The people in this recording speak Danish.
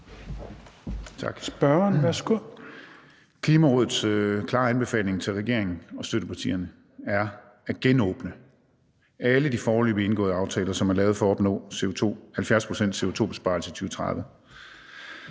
Gejl (ALT): Tak. Klimarådets klare anbefaling til regeringen og støttepartierne er at genåbne alle de foreløbig indgåede aftaler, som er lavet for at opnå en 70-procents-CO2-besparelse i 2030.